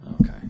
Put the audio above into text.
Okay